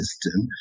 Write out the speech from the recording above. system